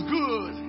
good